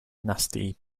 nasty